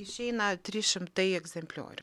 išeina trys šimtai egzempliorių